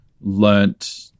learnt